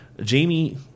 Jamie